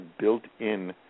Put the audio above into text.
built-in